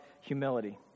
humility